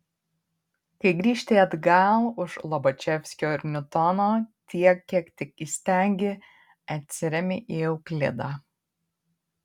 kai grįžti atgal už lobačevskio ir niutono tiek kiek tik įstengi atsiremi į euklidą